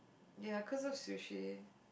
ya because this is sushi